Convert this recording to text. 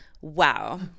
Wow